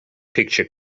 picture